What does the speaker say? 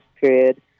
period